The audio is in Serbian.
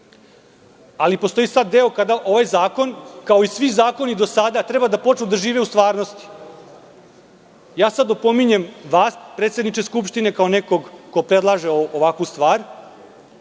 Ali, postoji sada deo kada ovaj zakon, kao i svi zakoni do sada, treba da počnu da žive u stvarnosti. Ja sad opominjem vas, predsedniče Skupštine, kao nekog ko predlaže ovakvu stvar,